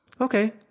Okay